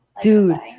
Dude